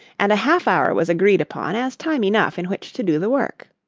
and a half hour was agreed upon as time enough in which to do the work.